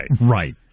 Right